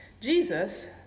Jesus